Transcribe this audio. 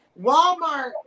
Walmart